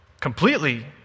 completely